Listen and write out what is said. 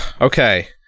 okay